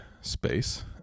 space